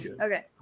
Okay